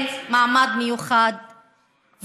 מה יש לה בירושלים?